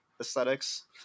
aesthetics